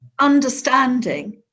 understanding